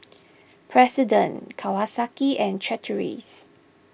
President Kawasaki and Chateraise